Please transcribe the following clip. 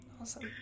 Awesome